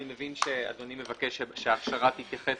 אני מבין שאדוני מבקש שההכשרה תתייחס